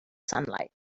sunlight